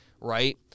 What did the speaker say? Right